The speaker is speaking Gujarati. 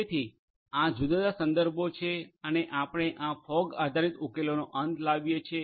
તેથી આ જુદા જુદા સંદર્ભો છે અને આપણે આ ફોગ આધારિત ઉકેલોનો અંત લાવીએ છીએ